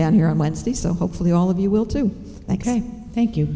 down here on wednesday so hopefully all of you will too like a thank you